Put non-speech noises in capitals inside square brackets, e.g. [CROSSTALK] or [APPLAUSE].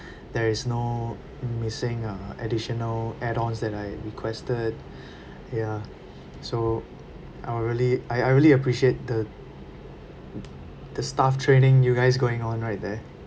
there is no missing uh additional add ons that I requested [BREATH] ya so I'll really I really appreciate the the staff training you guys going on right there